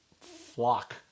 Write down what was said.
flock